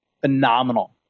phenomenal